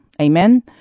Amen